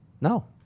No